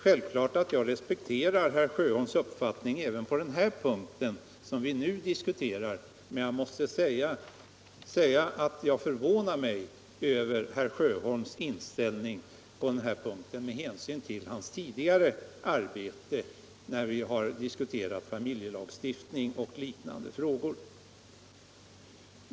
Självfallet respekterar jag herr Sjöholms uppfattning även i den fråga som vi nu diskuterar, men jag måste säga att jag är förvånad över herr Sjöholms inställning med hänsyn till hans tidigare arbete, när vi har diskuterat familjelagstiftning och liknande frågor.